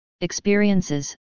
experiences